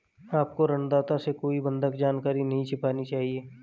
आपको ऋणदाता से कोई बंधक जानकारी नहीं छिपानी चाहिए